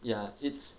ya it's